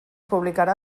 publicarà